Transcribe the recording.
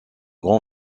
grand